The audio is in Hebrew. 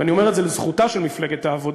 ואני אומר את זה לזכותה של מפלגת העבודה,